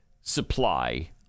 supply